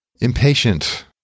impatient